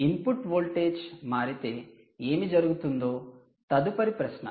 input voltage మారితే ఏమి జరుగుతుందో తదుపరి ప్రశ్న